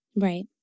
Right